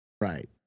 Right